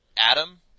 Adam